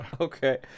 okay